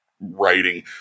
writing